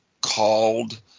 called